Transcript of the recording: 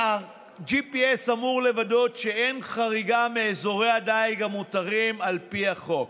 ה-GPS אמור לוודא שאין חריגה מאזורי הדיג המותרים על פי החוק.